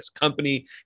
company